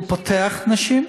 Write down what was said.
הוא פותח נשים,